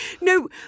No